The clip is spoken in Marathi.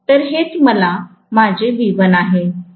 तर हेच माझे V1आहे